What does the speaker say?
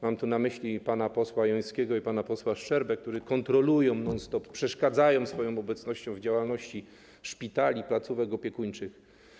Mam tu na myśli pana posła Jońskiego i pana posła Szczerbę, którzy non stop kontrolują, przeszkadzają swoją obecnością w działalności szpitali, placówek opiekuńczych.